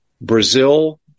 Brazil –